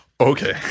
okay